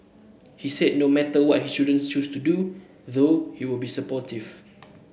he said no matter what his children choose to do though he'll be supportive